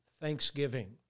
Thanksgiving